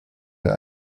der